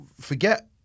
forget